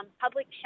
public